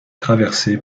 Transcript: traversée